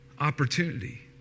opportunity